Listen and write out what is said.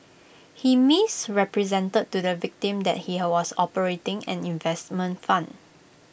he misrepresented to the victim that he has was operating an investment fund